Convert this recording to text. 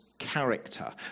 Character